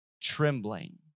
trembling